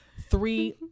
three